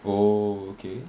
oh okay